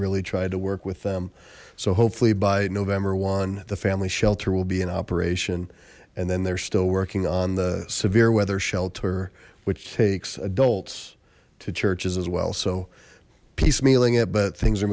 really tried to work with them so hopefully by november one the family shelter will be in operation and then they're still working on the severe weather shelter which takes adults to churches as well so piece mealing it but things are